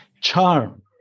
charm